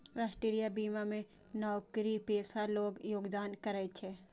राष्ट्रीय बीमा मे नौकरीपेशा लोग योगदान करै छै